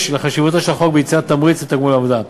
לחשיבות החוק ביצירת תמריץ ותגמול על עבודה.